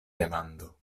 demando